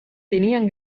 tenían